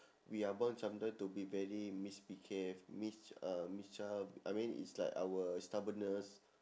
we are born sometime to be very misbehave mis~ uh misch~ I mean it's like our stubbornness